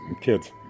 kids